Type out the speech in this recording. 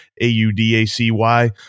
A-U-D-A-C-Y